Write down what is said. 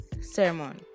sermon